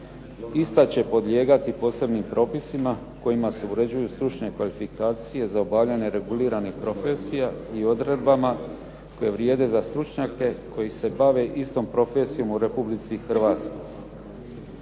Ista će podlijegati posebnim propisima kojima se uređuju stručne kvalifikacije za obavljanje reguliranih profesija i odredbama koje vrijede za stručnjake koji se bave istom profesijom u Republici Hrvatskoj.